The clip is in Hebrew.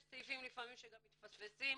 יש סעיפים לפעמים שגם מתפספסים,